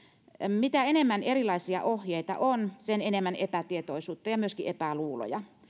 mitä enemmän erilaisia ohjeita on sitä enemmän on epätietoisuutta ja myöskin epäluuloja